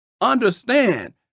Understand